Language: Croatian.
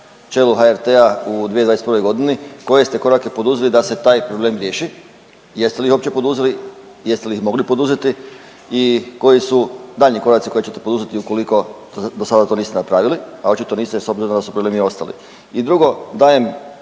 čelu HRT-a u 2021. godini koje ste korake poduzeli da se taj problem riješi? Jeste li ih uopće poduzeli? Jeste li ih mogli poduzeti i koji su daljnji koraci koje ćete poduzeti ukoliko do sada to niste napravili, a očito niste s obzirom da su problemi ostali. I drugo, dajem